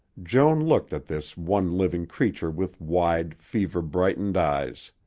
joan looked at this one living creature with wide, fever-brightened eyes.